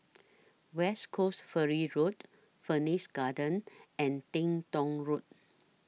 West Coast Ferry Road Phoenix Garden and Teng Tong Road